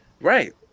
Right